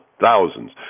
thousands